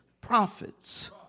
prophets